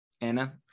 anna